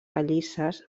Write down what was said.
pallisses